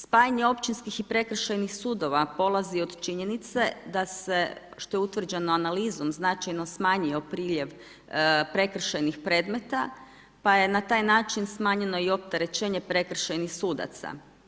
Spajanje općinskih i prekršajnih sudova polazi od činjenice da se što je utvrđeno analizom značajno smanjio priljev prekršajnih predmeta pa je na taj način smanjeno i opterećenje prekršajnih sudaca.